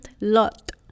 Lot